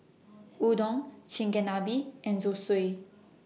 Udon Chigenabe and Zosui